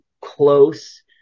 close